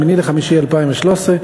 8 במאי 2013,